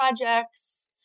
projects